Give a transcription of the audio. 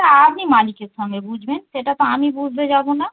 তা আপনি মালিকের সঙ্গে বুঝবেন সেটা তো আমি বুঝতে যাবো না